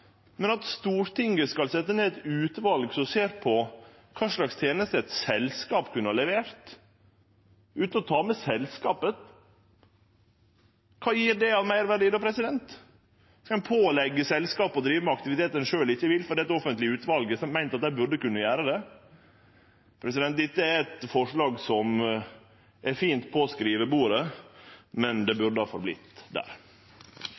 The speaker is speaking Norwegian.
Men at Stortinget skal setje ned eit utval som ser på kva slags tenester eit selskap kunne ha levert, utan å ta med selskapet, kva gjev det av meirverdi? Skal ein påleggje selskapet å drive med aktivitet ein sjølv ikkje vil, fordi eit offentleg utval har meint at ein burde kunne gjere det? Dette er eit forslag som er fint på skrivebordet, men det burde ha vorte verande der.